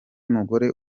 mugore